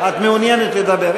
את מעוניינת לדבר.